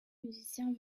musiciens